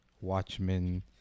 Watchmen